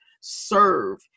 Serve